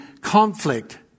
conflict